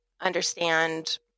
understand